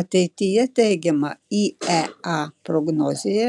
ateityje teigiama iea prognozėje